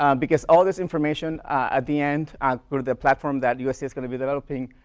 um because all this information at the end, and through the platform that usc is gonna be developing,